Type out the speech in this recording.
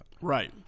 Right